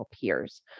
peers